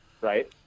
right